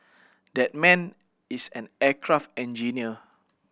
that man is an aircraft engineer